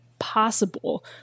possible